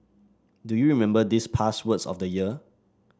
do you remember these past words of the year